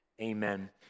amen